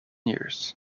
years